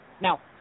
Now